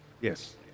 Yes